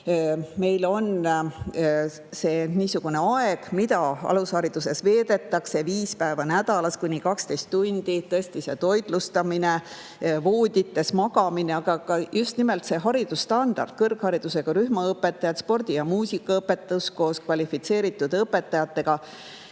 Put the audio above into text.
Meil on see aeg, mida alushariduses veedetakse, viis päeva nädalas ja kuni 12 tundi, tõesti toitlustamine, voodites magamine, aga ka just nimelt see haridusstandard, kõrgharidusega rühmaõpetajad, spordi‑ ja muusikaõpetus koos kvalifitseeritud õpetajatega.